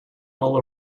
all